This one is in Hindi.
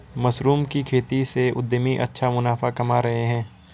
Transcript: मशरूम की खेती से उद्यमी अच्छा मुनाफा कमा रहे हैं